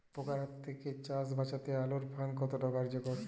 পোকার হাত থেকে চাষ বাচাতে আলোক ফাঁদ কতটা কার্যকর?